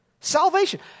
salvation